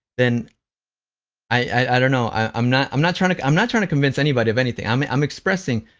then i don't know, i'm not i'm not trying to i'm not trying to convince anybody of anything, i'm ah i'm expressing,